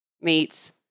meets